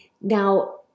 Now